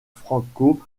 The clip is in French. franco